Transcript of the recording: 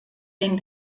den